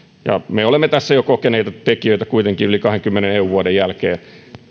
me olemme tässä jo kokeneita tekijöitä kuitenkin yli kahdenkymmenen eu vuoden jälkeen